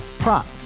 Prop